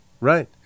Right